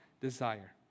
desire